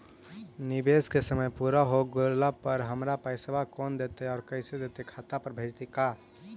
निवेश के समय पुरा हो गेला पर हमर पैसबा कोन देतै और कैसे देतै खाता पर भेजतै का?